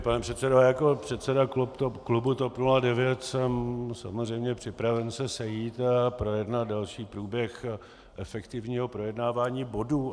Pane předsedo, jako předseda klubu TOP 09 jsem samozřejmě připraven se sejít a projednat další průběh efektivního projednávání bodů.